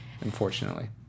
unfortunately